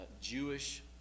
Jewish